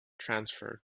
transfer